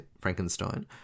Frankenstein